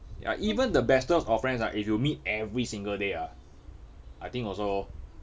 ya even the bestest of friends right if you meet every single day ah I think also